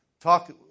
talk